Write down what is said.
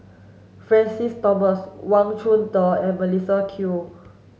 Francis Thomas Wang Chunde and Melissa Kwee